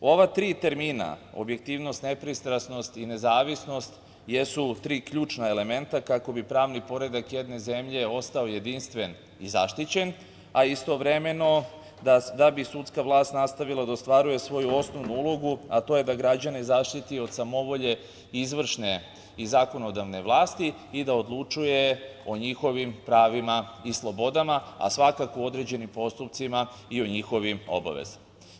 Ova tri termina objektivnost, nepristrasnost i nezavisnost jesu tri ključna elementa kako bi pravni poredak jedne zemlje ostao jedinstven i zaštićen, a istovremeno da bi sudska vlast nastavila da ostvaruje svoju osnovnu ulogu, a to je da građane zaštiti od samovolje izvršne i zakonodavne vlasti i da odlučuje o njihovim pravima i slobodama, a svakako u određenim postupcima i o njihovim obavezama.